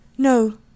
No